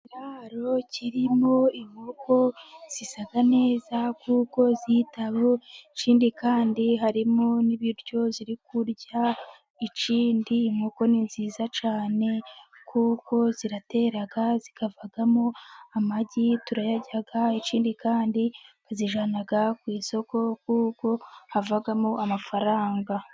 Ikiraro kirimo inkoko zisa neza kuko zitaweho, ikindi kandi harimo n'ibiryo ziri kurya, ikindi inkoko ni nziza cyane, kuko ziratera zikavamo amagi, turayarya, ikindi kandi bazijyanaga ku isoko, kuko havagamo amafaranga.